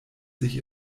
sich